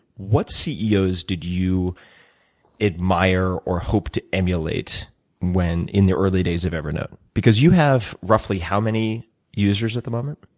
what ceo's did you admire or hope to emulate in the early days of evernote? because you have roughly how many users at the moment?